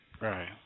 Right